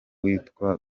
witwa